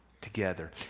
together